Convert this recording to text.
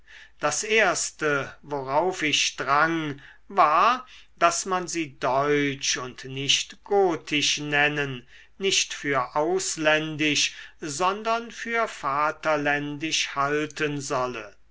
das erste worauf ich drang war daß man sie deutsch und nicht gotisch nennen nicht für ausländisch sondern für vaterländisch halten solle